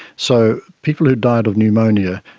so people who died of pneumonia,